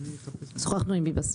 שוחחנו עם ביבס.